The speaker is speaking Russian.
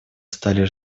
стали